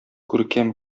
күркәм